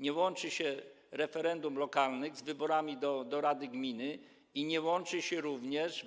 Nie łączy się referendów lokalnych z wyborami do rad gmin ani nie łączy się